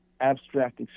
abstract